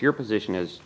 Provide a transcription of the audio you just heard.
your position is